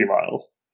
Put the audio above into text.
miles